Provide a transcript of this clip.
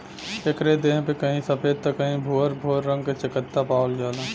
एकरे देह पे कहीं सफ़ेद त कहीं भूअर भूअर रंग क चकत्ता पावल जाला